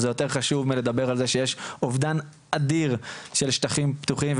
זה יותר חשוב מלדבר על זה שיש אובדן אדיר של שטחים פתוחים,